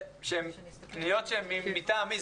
פניות מטעם מי?